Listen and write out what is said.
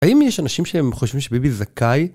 האם יש אנשים שהם חושבים שביבי זכאי?